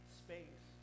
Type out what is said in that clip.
space